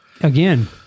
again